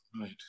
Right